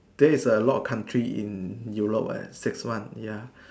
there is a lot of country in Europe eh six one ya